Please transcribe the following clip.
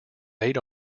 eight